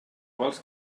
vols